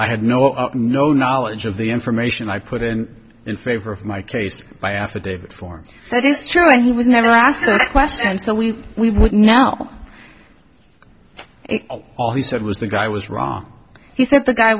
i had no up no knowledge of the information i put in in favor of my case by affidavit form that is true and he was never asked the question so we we would now all he said was the guy was wrong he said the guy